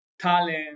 talent